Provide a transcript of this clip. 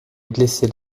blessait